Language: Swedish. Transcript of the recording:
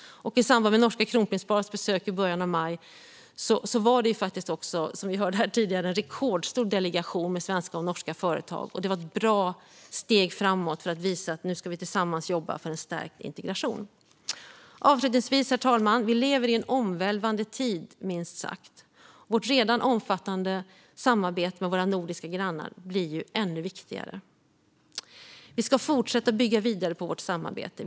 I samband med norska kronprinsparets besök i början av maj var det också, som vi har hört här tidigare, en rekordstor delegation med svenska och norska företag. Det var ett bra steg framåt för att visa att vi nu tillsammans ska jobba för en stärkt integration. Herr talman! Avslutningsvis: Vi lever i en omvälvande tid, minst sagt. Vårt redan omfattande samarbete med våra nordiska grannar blir ännu viktigare. Vi ska fortsätta att bygga vidare på vårt samarbete.